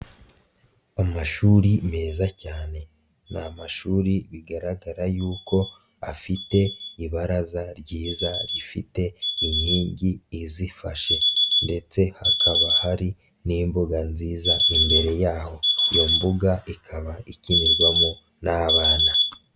Amashuri meza cyane, ni amashuri bigaragara yuko afite ibaraza ryiza rifite inkingi izifashe ndetse hakaba hari n'imbuga nziza imbere yaho, iyo mbuga ikaba ikinirwamo n'abana.